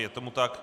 Je tomu tak.